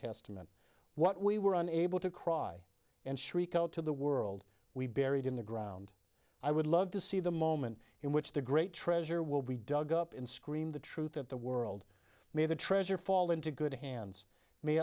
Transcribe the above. testament what we were able to cry and shriek out to the world we buried in the ground i would love to see the moment in which the great treasure will be dug up and scream the truth that the world may the treasure fall into good hands may